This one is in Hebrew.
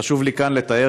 חשוב לי כאן לתאר,